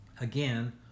again